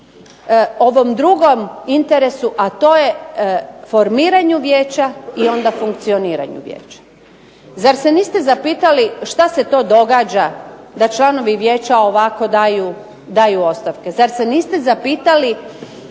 ovom drugom interesu, a to je formiranju Vijeća i onda funkcioniranju Vijeća. Zar se niste zapitali šta se to događa da članovi Vijeća ovako daju ostavke, zar ste niste zapitali